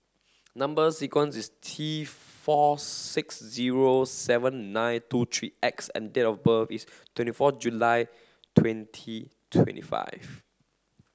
number sequence is T four six zero seven nine two three X and date of birth is twenty four July twenty twenty five